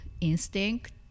instinct